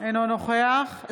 אינה נוכחת